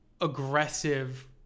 aggressive